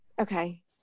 Okay